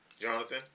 Jonathan